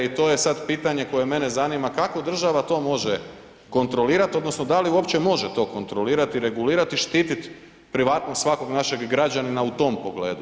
I to je sad pitanje koje mene zanima kako država to može kontrolirati odnosno da li uopće može to kontrolirati i regulirati, štiti privatnost svakog našeg građanina u tom pogledu.